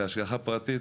וגם בהשגחה פרטית.